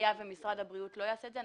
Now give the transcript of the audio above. היה ומשרד הבריאות לא יעשה את זה,